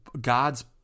God's